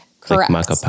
Correct